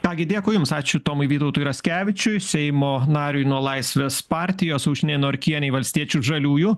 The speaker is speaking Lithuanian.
ką gi dėkui jums ačiū tomai vytautui ratkevičiui seimo nariui nuo laisvės partijos aušrinei norkienei valstiečių žaliųjų